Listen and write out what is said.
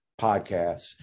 podcasts